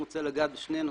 אני רוצה לגעת בשני נושאים.